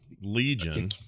Legion